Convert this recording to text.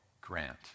Grant